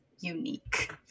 unique